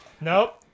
Nope